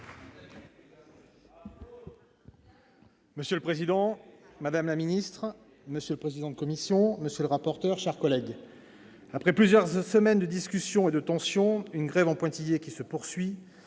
Monsieur le président, madame la ministre, monsieur le président de la commission, monsieur le rapporteur, chers collègues, après plusieurs semaines de discussions et de tension, et avec une grève en pointillé qui se poursuit,